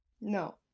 No